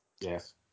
Yes